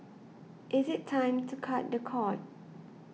is it time to cut the cord